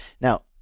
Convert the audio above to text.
Now